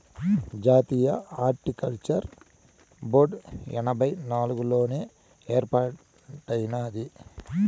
జాతీయ horticulture board ఎనభై నాలుగుల్లోనే ఏర్పాటైనాది